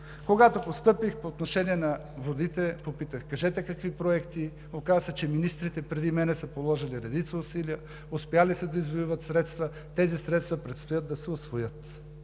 Когато постъпих, по отношение на водите попитах: кажете какви проекти? Оказа се, че министрите преди мен са положили редица усилия, успели са да извоюват средства. Тези средства предстои да се усвоят.